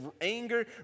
anger